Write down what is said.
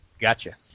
gotcha